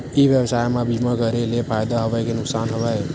ई व्यवसाय म बीमा करे ले फ़ायदा हवय के नुकसान हवय?